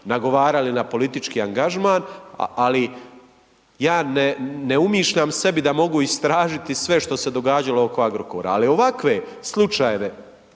nagovarali na politički angažman. Ali, ja ne umišljam sebi da mogu istražiti sve što se je događalo oko Agrokora, ali ovakve slučajeve,